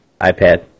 iPad